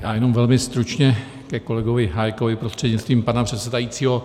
Já jenom velmi stručně ke kolegovi Hájkovi prostřednictvím pana předsedajícího.